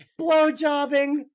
blowjobbing